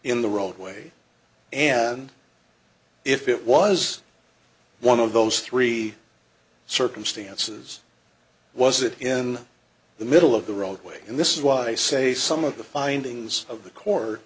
in the roadway and if it was one of those three circumstances was it in the middle of the roadway and this is why i say some of the findings of the court